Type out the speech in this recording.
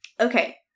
Okay